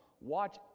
watch